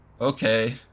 okay